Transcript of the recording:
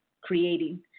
creating